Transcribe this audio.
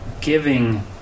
giving